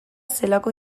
zelako